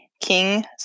King